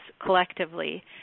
collectively